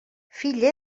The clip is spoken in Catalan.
fill